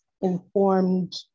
informed